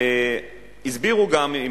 הסבירו גם,